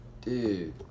dude